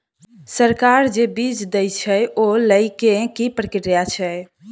सरकार जे बीज देय छै ओ लय केँ की प्रक्रिया छै?